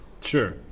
Sure